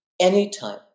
Anytime